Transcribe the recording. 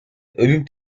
ölüm